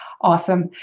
Awesome